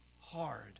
hard